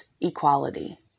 equality